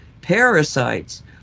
parasites